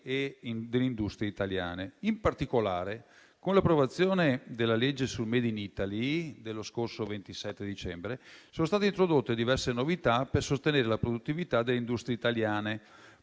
e delle industrie italiane. In particolare, con l'approvazione della legge sul *made in Italy* dello scorso 27 dicembre sono state introdotte diverse novità per sostenere la produttività delle industrie italiane,